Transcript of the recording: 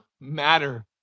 matter